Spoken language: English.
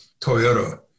Toyota